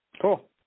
Cool